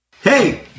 Hey